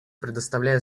предоставляю